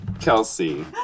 Kelsey